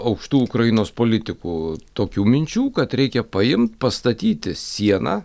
aukštų ukrainos politikų tokių minčių kad reikia paimt pastatyti sieną